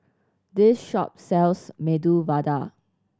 this shop sells Medu Vada